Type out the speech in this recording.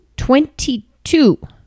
Twenty-two